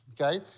okay